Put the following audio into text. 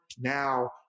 Now